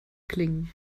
klingen